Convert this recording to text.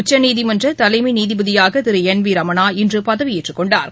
உச்சநீதிமன்ற தலைமை நீதிபதியாக திரு என் வி ரமணா இன்று பதவியேற்றுக் கொண்டாா்